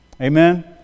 Amen